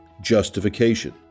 justification